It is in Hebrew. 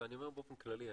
אני אומר באופן כללי,